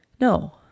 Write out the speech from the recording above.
no